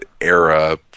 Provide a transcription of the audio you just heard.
era